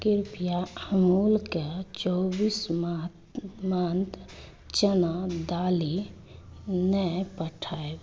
कृपया अमूलके चौबीस मंत चना दालि नए पठाएब